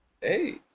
Hey